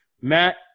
Matt